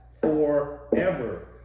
forever